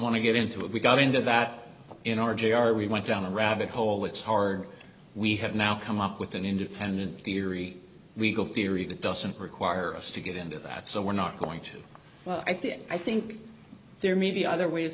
want to get into it we got into that in our jr we went down the rabbit hole it's hard we have now come up with an independent theory we go theory that doesn't require us to get into that so we're not going to i think i think there may be other ways